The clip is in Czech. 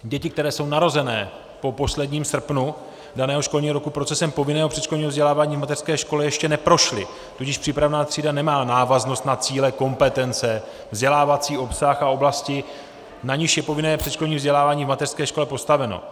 Děti, které jsou narozené po posledním srpnu daného školního roku, procesem povinného předškolního vzdělávání v mateřské škole ještě neprošly, tudíž přípravná třída nemá návaznost na cíle, kompetence, vzdělávací obsah a oblasti, na nichž je povinné předškolní vzdělávání v mateřské škole postaveno.